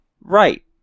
Right